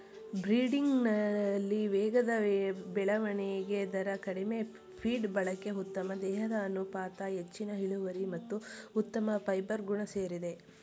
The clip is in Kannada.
ಬ್ರೀಡಿಂಗಲ್ಲಿ ವೇಗದ ಬೆಳವಣಿಗೆ ದರ ಕಡಿಮೆ ಫೀಡ್ ಬಳಕೆ ಉತ್ತಮ ದೇಹದ ಅನುಪಾತ ಹೆಚ್ಚಿನ ಇಳುವರಿ ಮತ್ತು ಉತ್ತಮ ಫೈಬರ್ ಗುಣ ಸೇರಿದೆ